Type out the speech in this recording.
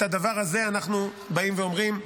את הדבר הזה אנחנו באים ואומרים: